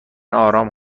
آرام